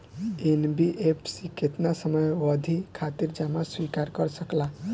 NBFC केतना समयावधि खातिर जमा स्वीकार कर सकला?